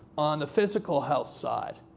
on the physical health side,